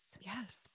Yes